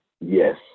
Yes